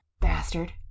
bastard